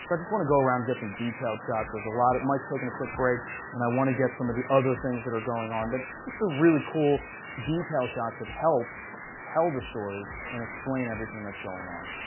so just want to go around and get some detailed shots. there's a lot of mike is taking a quick break and i want to get some of the other things that are going on that just are really cool detailed shots that help tell the story and explain everything that's going on.